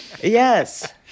Yes